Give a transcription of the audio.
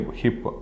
hip